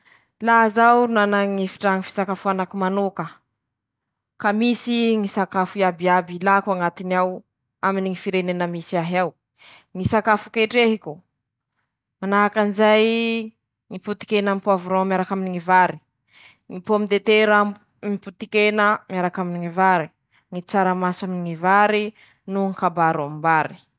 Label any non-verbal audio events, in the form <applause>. Reto aby ñy fikafika atao lafa teña ro hiketriky fe tsy ampy ñy drala an-tañan-teñ'eñy, fe tsy mampiova ñy hasoany: Ñy fivilianan-teña a sakafo mora vile fe maro, manahaky anizay ñy legimy aminy ñy voankazo, ñy vary aminy ñy tsaramaso amin-dojy, misy koa ñy paty; ñy fampiasan-teña <shushes> sakafo an-traño sady tsy miala aminy ñy sakafo mahazatsy an-teña.